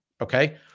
Okay